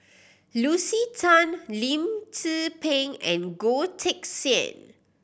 Lucy Tan Lim Tze Peng and Goh Teck Sian